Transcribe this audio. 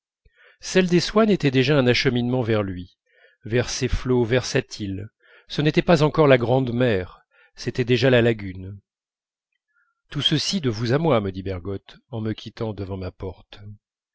celle des swann était déjà un acheminement vers lui vers ses flots versatiles ce n'était pas encore la grande mer c'était déjà la lagune tout ceci de vous à moi me dit bergotte en me quittant devant ma porte